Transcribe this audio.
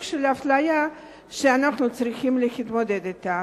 של אפליה שאנחנו צריכים להתמודד אתה.